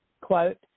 quote